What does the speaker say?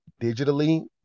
digitally